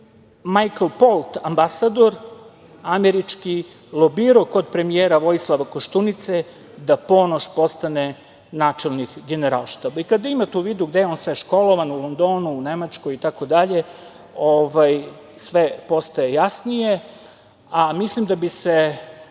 i Majkl Pont, ambasador američki, lobirao kod premijer Vojislava Koštunice da Ponoš postane načelnik Generalštaba. Kada imate u vidu gde je on sve školovan, u Londonu, u Nemačkoj itd. sve postaje jasnije, a mislim da bi se